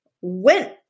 went